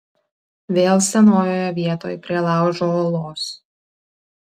vėl senojoje vietoj prie laužo uolos